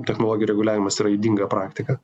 technologijų reguliavimas yra ydinga praktika